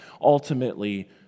ultimately